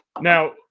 Now